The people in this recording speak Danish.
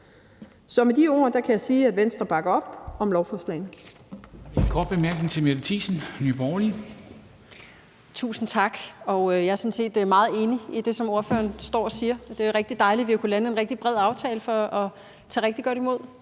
Med de ord kan jeg sige, at Venstre bakker op om lovforslagene.